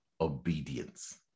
obedience